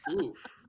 oof